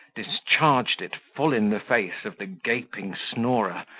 discharged it full in the face of the gaping snorer,